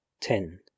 ten